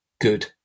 good